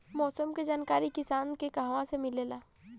मौसम के जानकारी किसान के कहवा से मिलेला?